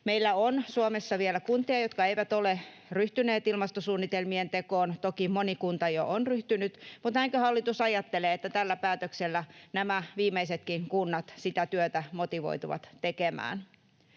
Meillä on Suomessa vielä kuntia, jotka eivät ole ryhtyneet ilmastosuunnitelmien tekoon, toki moni kunta jo on ryhtynyt, mutta näinkö hallitus ajattelee, että tällä päätöksellä nämä viimeisetkin kunnat sitä työtä motivoituvat tekemään.